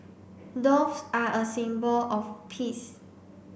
doves are a symbol of peace